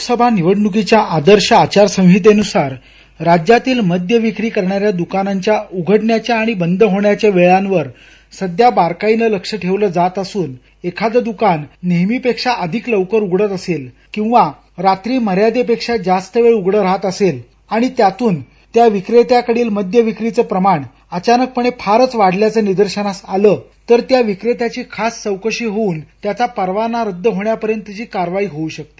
लोकसभा निवडणुकीच्या आदर्श आचारसंहितेनुसार राज्यातील मद्य विक्री करणाऱ्या दुकानाच्या उघडण्याच्या आणि बंद होण्याच्या वेळांवर सध्या बारकाईनं लक्ष ठेवलं जात असून एखाद दुकान नेहमीपेक्षा लवकर उघडत असेल किंवा रात्री मर्यादेपेक्षा जास्त वेळ उघड राहत असेल आणि त्यातून त्या विक्रेत्याकडील मद्य विक्रीच प्रमाण अचानकपणे फारच वाढल्याचं निदर्शनास आलं तर त्या विक्रेत्याची खास चौकशी होऊन त्याचा परवाना रद्द होण्यापर्यंतची कारवाई होऊ शकते